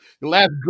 last